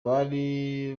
bari